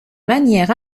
manière